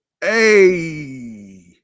hey